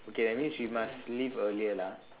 okay that means you must leave earlier lah